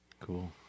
Cool